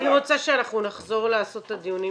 אני רוצה שאנחנו נחזור לעשות את הדיונים